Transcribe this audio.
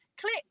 click